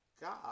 God